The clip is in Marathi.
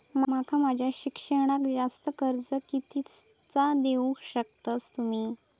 माका माझा शिक्षणाक जास्ती कर्ज कितीचा देऊ शकतास तुम्ही?